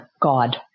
God